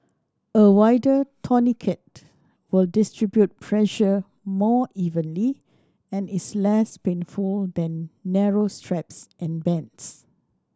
a wider tourniquet will distribute pressure more evenly and is less painful than narrow straps and bands